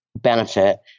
benefit